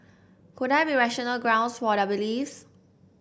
could there be rational grounds for their beliefs